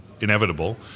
inevitable